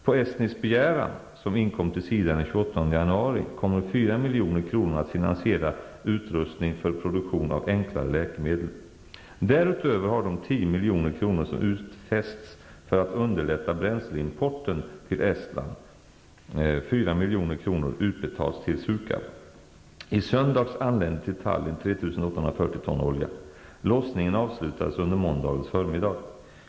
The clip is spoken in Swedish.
På estnisk begäran, som inkom till SIDA den 28 januari, kommer 4 milj.kr. att finansiera utrustning för produktion av enklare läkemedel. Därutöver har av de 10 milj.kr. som utfästs för att underlätta bränsleimporten till Estland 4 milj.kr. utbetalats till SUKAB. I söndags anlände till Tallinn 3 840 ton olja. Lossningen avslutades under måndagens förmiddag.